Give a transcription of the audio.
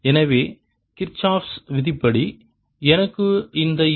எனவே Kirchhoff Kirchhoff's விதிப்படி எனக்கு இந்த ஈ